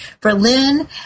Berlin